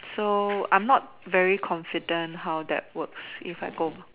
so I'm not very confident how that work if I go